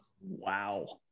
Wow